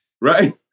Right